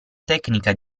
tecnica